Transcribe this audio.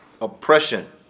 oppression